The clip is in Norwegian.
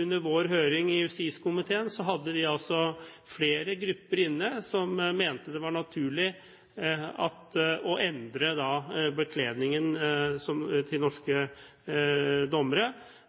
Under vår høring i justiskomiteen hadde vi altså flere grupper inne som mente det var naturlig å endre bekledningen til norske dommere.